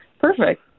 Perfect